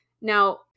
Now